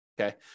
okay